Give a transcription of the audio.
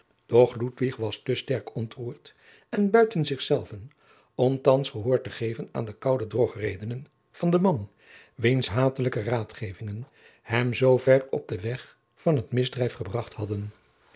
doch ludwig was te sterk ontroerd en buiten zich zelven om thands gehoor te geven aan de koude drogredenen van den man wiens hatelijke raadgevingen hem zoo ver op den weg van het misdrijf gebracht hadden